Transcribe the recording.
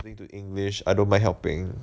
english I don't mind helping